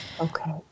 Okay